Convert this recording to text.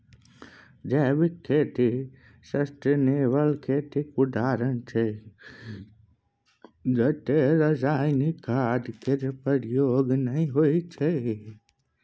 जैविक खेती सस्टेनेबल खेतीक उदाहरण छै जतय रासायनिक खाद केर प्रयोग नहि होइ छै